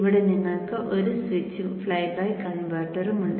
ഇവിടെ നിങ്ങൾക്ക് ഒരു സ്വിച്ചും ഫ്ളൈബാക്ക് കൺവെർട്ടറും ഉണ്ട്